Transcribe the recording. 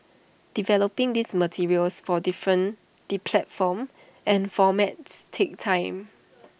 developing these materials for different the platforms and formats takes time